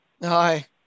Hi